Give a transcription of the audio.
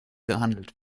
gehandelt